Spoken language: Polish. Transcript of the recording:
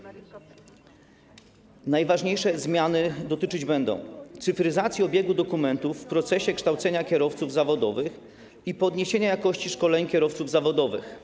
Najważniejsze zmiany dotyczyć będą cyfryzacji obiegu dokumentów w procesie kształcenia kierowców zawodowych i podniesienia jakości szkoleń kierowców zawodowych.